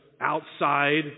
outside